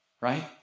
right